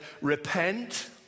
repent